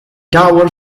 tower